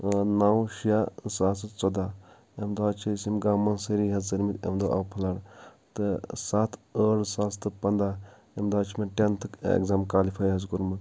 نَو شیٚے زٕ ساس ژۅدہ اَمہِ دۅہ حظ چھِ أسۍ یمہِ گامہٕ منٛز سٲری حظ ژٔلمٕتۍ امہِ دۅہ آو فُلڈ تہٕ ستھ ٲٹھ زٕ ساس تہٕ پنٛداہ امہِ دۅہ حظ چھُ مےٚ ٹینتھُک ایٚگزام کالیفاے حظ کوٚرمُت